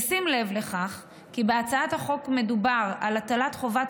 בשים לב לכך כי בהצעת החוק מדובר על הטלת חובת